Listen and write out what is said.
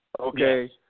okay